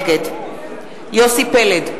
נגד יוסי פלד,